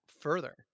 further